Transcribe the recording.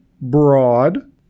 broad